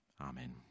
Amen